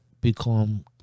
become